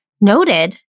noted